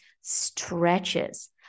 stretches